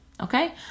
Okay